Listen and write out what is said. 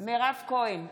מירב כהן,